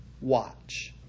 Watch